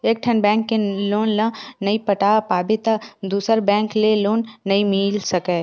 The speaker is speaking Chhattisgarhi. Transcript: एकठन बेंक के लोन ल नइ पटा पाबे त दूसर बेंक ले लोन नइ मिल सकय